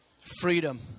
Freedom